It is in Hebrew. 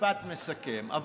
משפט מסכם.